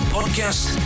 Podcast